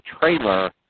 trailer